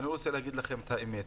אני רוצה להגיד לכם את האמת.